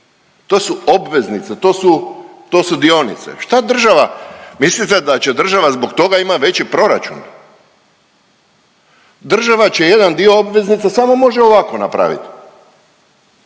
to su obveznice, to su dionice. Šta država? Mislite da će država zbog toga imati veći proračun? Država će jedan dio obveznica samo može ovako napraviti.